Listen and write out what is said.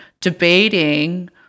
debating